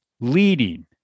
leading